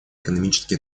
экономические